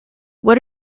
what